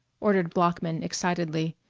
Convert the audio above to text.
ordered bloeckman excitedly,